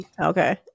Okay